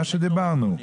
זה מה שדיברנו.